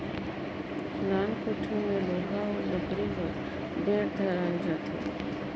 नान कोड़ी मे लोहा अउ लकरी कर बेठ धराल जाथे